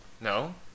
No